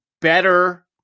better